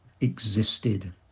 existed